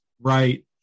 right